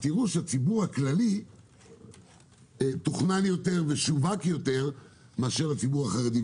תראו שהציבור הכללי תוכנן יותר ושווק יותר מהציבור החרדי.